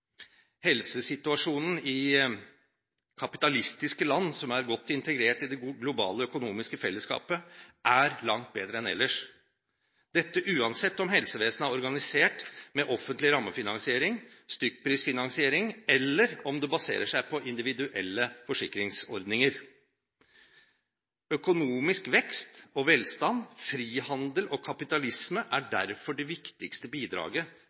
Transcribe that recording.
Helsesituasjonen i kapitalistiske land som er godt integrert i det globale økonomiske fellesskapet, er langt bedre enn ellers – dette uansett om helsevesenet er organisert med offentlig rammefinansiering, stykkprisfinansiering eller om det baserer seg på individuelle forsikringsordninger. Økonomisk vekst og velstand, frihandel og kapitalisme er derfor det viktigste bidraget